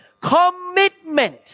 Commitment